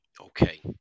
Okay